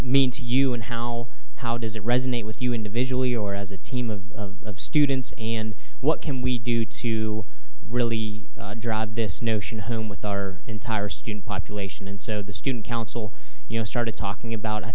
mean to you and how how does it resonate with you individually or as a team of students and what can we do to really drive this notion home with our entire student population and so the student council you know started talking about i